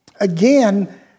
again